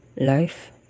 life